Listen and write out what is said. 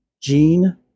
Jean